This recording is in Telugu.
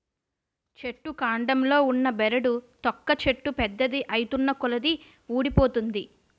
చెట్టు కాండంలో ఉన్న బెరడు తొక్క చెట్టు పెద్దది ఐతున్నకొలది వూడిపోతుంది